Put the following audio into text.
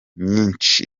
nyinshi